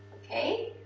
okay?